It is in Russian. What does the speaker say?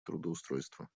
трудоустройства